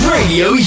Radio